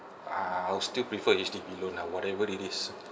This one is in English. ah I'll still prefer H_D_B loan lah whatever it is